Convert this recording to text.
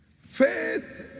Faith